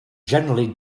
generally